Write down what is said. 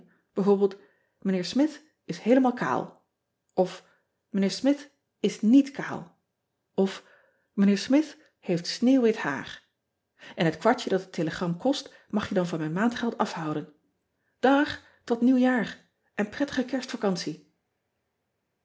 v ijnheer mith is heelemaal kaal of ijnheer mith is niet kaal of ijnheer mith heeft sneeuwwit haar en het kwartje dat het telegram kost mag je dan van mijn maandgeld afhouden àààg tot ieuwjaar n prettige erstvacantie